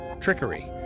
trickery